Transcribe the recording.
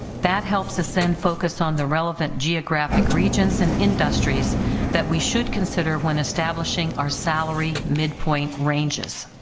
that helps us then focus on the relevant geographic regions and industries that we should consider when establishing our salary midpoint ranges.